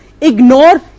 ignore